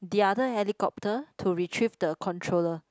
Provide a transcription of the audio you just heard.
the other helicopter to retrieve the controller